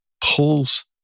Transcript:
pulls